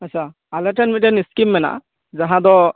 ᱟᱪᱪᱷᱟ ᱟᱞᱮᱴᱷᱮᱱ ᱢᱤᱫᱴᱮᱱ ᱥᱠᱤᱢ ᱢᱮᱱᱟᱜᱼᱟ ᱡᱟᱦᱟᱸᱫᱚ